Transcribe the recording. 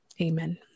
Amen